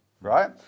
right